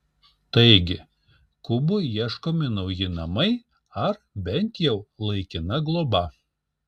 taigi kubui ieškomi nauji namai ar bent jau laikina globa